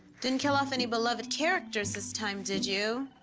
didn't kill off any beloved characters this time, did you?